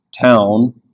town